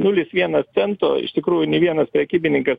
nulis vienas cento iš tikrųjų nei vieną prekybininkas